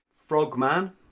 frogman